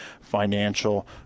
financial